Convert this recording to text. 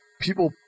People